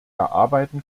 erarbeiten